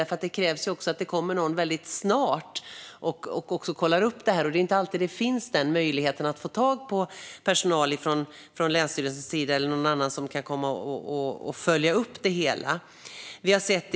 För det krävs det att det kommer någon snabbt och kollar upp det, och det är inte alltid möjligt att få tag på någon från länsstyrelsen eller någon annan som kan komma och följa upp det.